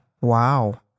Wow